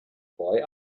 boy